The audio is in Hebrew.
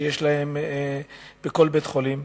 שיש להם בכל בית-חולים,